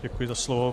Děkuji za slovo.